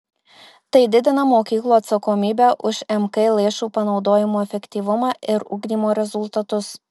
tai didina mokyklų atsakomybę už mk lėšų panaudojimo efektyvumą ir ugdymo rezultatus